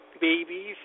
babies